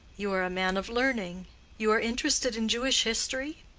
you are a man of learning you are interested in jewish history?